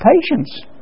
patience